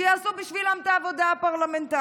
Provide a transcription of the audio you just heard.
שיעשו בשבילם את העבודה הפרלמנטרית.